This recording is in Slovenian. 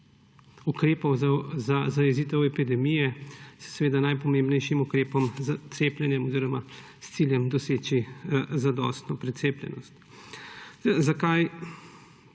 ukrepov za zajezitev epidemije s seveda najpomembnejšim ukrepom cepljenjem oziroma s ciljem doseči zadostno precepljenost. Zakaj